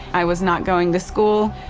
i was not going to school.